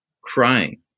crying